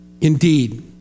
Indeed